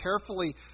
carefully